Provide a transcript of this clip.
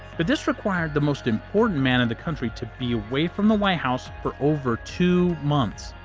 but, this required the most important man in the country to be away from the white house for over two months!